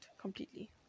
completely